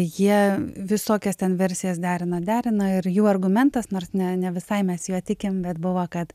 jie visokias ten versijas derina derina ir jų argumentas nors ne ne visai mes juo tikim bet buvo kad